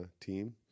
team